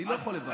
אני לא יכול לבד.